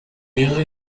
mehrere